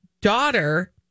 daughter